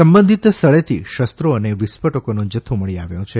સંબંધીત સ્થળેથી શસ્ત્રો અને વિસ્ફોટકોનો જથ્થો મળી આવ્યો છે